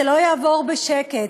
זה לא יעבור בשקט.